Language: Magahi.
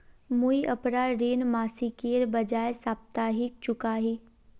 मुईअपना ऋण मासिकेर बजाय साप्ताहिक चुका ही